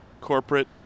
corporate